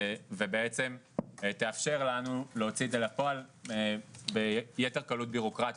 ובעצם תאפשר לנו להוציא את זה לפועל ביתר קלות בירוקרטית.